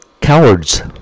Cowards